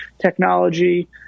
technology